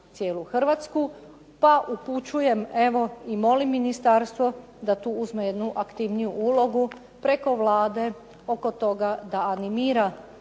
cijelu Hrvatsku. Pa upućujem evo i molim ministarstvo da tu uzme jednu aktivniju ulogu preko Vlade oko toga da animira